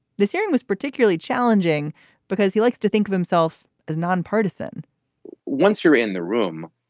this hearing was particularly challenging because he likes to think of himself as nonpartisan once you're in the room,